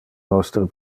nostre